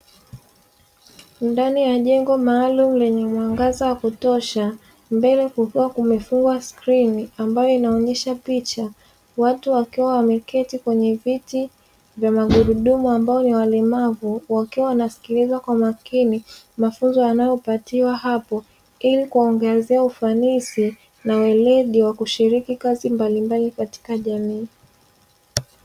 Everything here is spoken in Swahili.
Ndani ya jengo maalumu lenye mwangaza wa kutosha, mbele kukiwa kumefungwa skirini ambayo inaonyesha picha, watu wakiwa wameketi kwenye viti vyenye magurudumu, ambao ni walemavu wakiwa wanasikiliza kwa makini mafunzo wanayopatiwa hapo ili kuongezea ufanisi na weledi wa kushiriki kazi mbalimbali katika jamii.